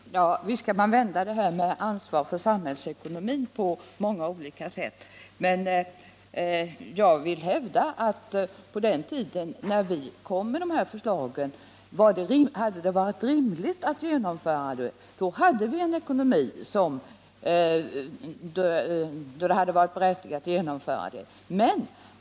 Herr talman! Visst kan man vända det här med ansvar för samhällsekonomin på många olika sätt. Men jag vill hävda att på den tiden då vi framförde dessa förslag hade vi ett sådant ekonomiskt läge att det hade varit berättigat att genomföra dem.